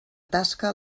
tasca